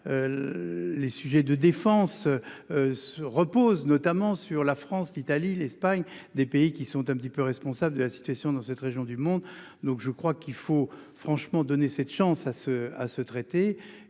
les sujets de défense se repose notamment sur la France, l'Italie, l'Espagne, des pays qui sont un petit peu responsable de la situation dans cette région du monde, donc je crois qu'il faut franchement donné cette chance à ce à ce traité,